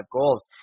goals